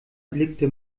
blickte